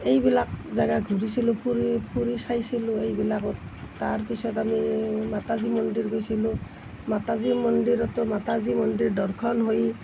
এইবিলাক জেগা ঘূৰিছিলোঁ ফুৰি ফুৰি চাইছিলোঁ এইবিলাকত তাৰ পিছত আমি মাতাজী মন্দিৰ গৈছিলোঁ মাতাজী মন্দিৰতো মাতাজীৰ মন্দিৰ দৰ্শন হৈ